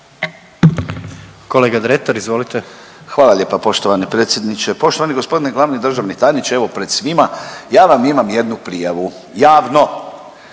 **Dretar, Davor (DP)** Hvala lijepa poštovani predsjedniče. Poštovani gospodine glavni državni tajniče evo pred svima ja vam imam jednu prijavu javno.